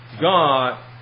God